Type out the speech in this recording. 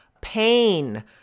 pain